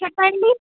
చెప్పండి